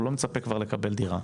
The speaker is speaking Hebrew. הוא לא מצפה כבר לקבל דירה,